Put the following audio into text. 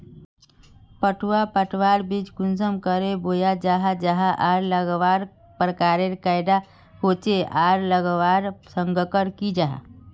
पटवा पटवार बीज कुंसम करे बोया जाहा जाहा आर लगवार प्रकारेर कैडा होचे आर लगवार संगकर की जाहा?